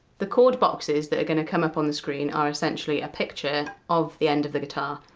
the chord boxes that are going to come up on the screen are essentially a picture of the end of the guitar,